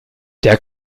der